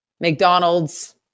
McDonald's